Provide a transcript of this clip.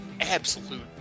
absolute